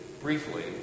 briefly